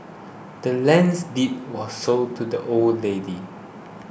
the land's deed was sold to the old lady